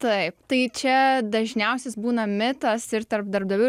taip tai čia dažniausias būna mitas ir tarp darbdavių